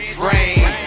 frame